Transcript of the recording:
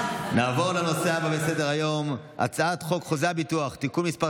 נעבור לנושא הבא בסדר-היום: הצעת חוק חוזה הביטוח (תיקון מס'